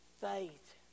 faith